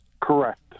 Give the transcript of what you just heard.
Correct